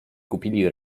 kupili